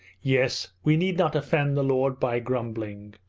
yes, we need not offend the lord by grumbling!